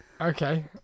okay